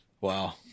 Wow